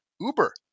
Uber